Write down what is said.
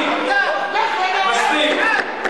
מספיק.